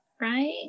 right